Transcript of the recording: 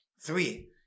three